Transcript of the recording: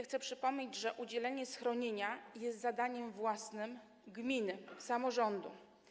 Chcę przypomnieć, że udzielenie schronienia jest zadaniem własnym gminy, samorządu.